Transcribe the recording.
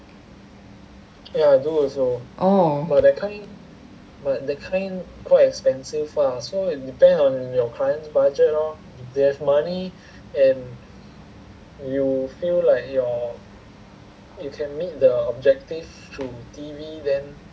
oh